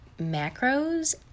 macros